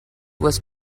was